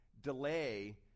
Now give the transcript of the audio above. delay